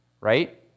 right